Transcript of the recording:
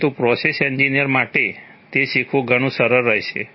પરંતુ process engineer માટે તે શીખવું ઘણું સરળ રહેશે